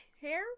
hair